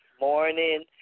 morning